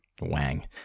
wang